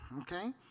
okay